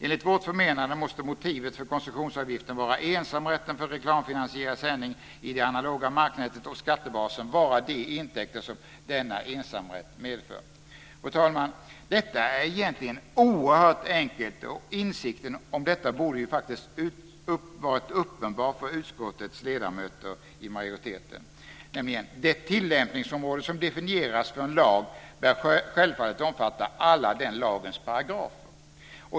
Enligt vårt förmenande måste motivet för koncessionsavgiften vara ensamrätten för reklamfinansierad sändning i det analoga marknätet och skattebasen vara de intäkter som denna ensamrätt medför. Fru talman! Detta är egentligen oerhört enkelt. Insikten om detta borde ha varit uppenbar för utskottets majoritet. Det tillämpningsområde som definieras för en lag bör självfallet omfatta alla den lagens paragrafer.